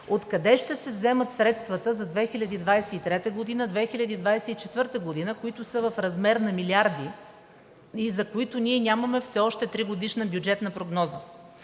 откъде ще се вземат средствата за 2023 г. и 2024 г., които са в размер на милиарди и за които ние нямаме все още тригодишна бюджетна прогноза?